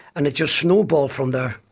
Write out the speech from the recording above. and it just snowballed from there.